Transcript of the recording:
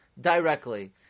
directly